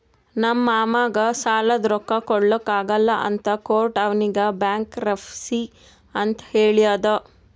ನಮ್ ಮಾಮಾಗ್ ಸಾಲಾದ್ ರೊಕ್ಕಾ ಕೊಡ್ಲಾಕ್ ಆಗಲ್ಲ ಅಂತ ಕೋರ್ಟ್ ಅವ್ನಿಗ್ ಬ್ಯಾಂಕ್ರಪ್ಸಿ ಅಂತ್ ಹೇಳ್ಯಾದ್